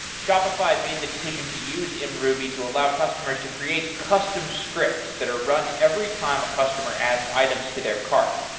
shopify made the decision to use and mruby to allow customers to create custom scripts that are run every time a customer adds items to their cart.